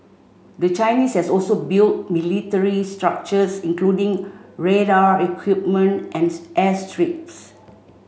the Chinese has also built military structures including radar equipment as airstrips